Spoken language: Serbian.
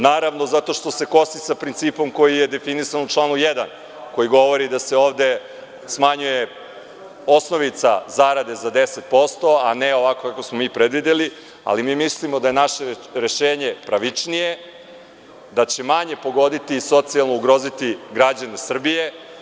Naravno, zato što se kosi sa principom koji je definisan u članu 1. koji govori da se ovde smanjuje osnovica zarade za 10%, a ne ovako kako smo mi predvideli, ali mi mislimo da je naše rešenje pravičnije, da će manje pogoditi, socijalno ugroziti građane Srbije.